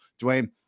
Dwayne